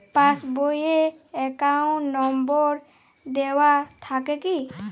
Pass বই এ account number দেওয়া থাকে কি?